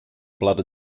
blood